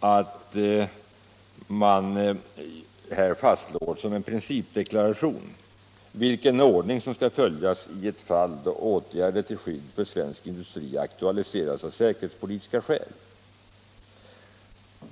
att man här fastslår Försörjningsberedsom en principdeklaration vilken ordning som skall följas vid ett fall — skapen på bekläddå åtgärder till skydd för svensk industri aktualiseras av säkerhetspolitiska — nadsområdet m.m. skäl.